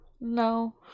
No